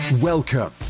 Welcome